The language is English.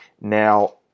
Now